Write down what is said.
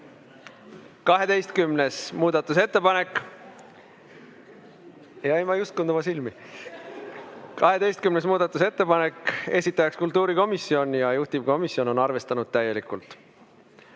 12. muudatusettepanek, esitajaks kultuurikomisjon ja juhtivkomisjon on arvestanud täielikult.